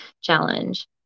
challenge